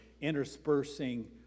interspersing